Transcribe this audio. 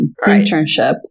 Internships